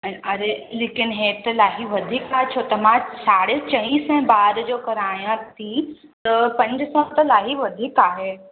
अर अरे लेकिन हीउ त ॾाढी वधीक आहे छो त मां साढ़े चईं सैं ॿार जो करायां थी त पंज सौ त ॾाढी वधीक आहे